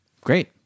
Great